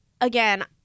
again